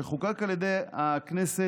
שחוקק על ידי הכנסת